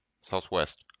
southwest